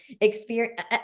experience